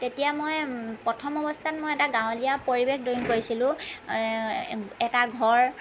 তেতিয়া মই প্ৰথম অৱস্থাত মই এটা গাঁৱলীয়া পৰিৱেশ ড্ৰ'য়িঙ কৰিছিলোঁ এটা ঘৰ